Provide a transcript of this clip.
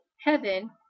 heaven